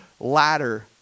Ladder